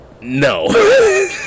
no